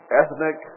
ethnic